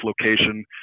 location